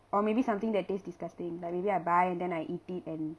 or maybe something that taste disgusting like maybe I buy and then I eat it and